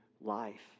life